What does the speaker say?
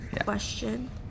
question